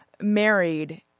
married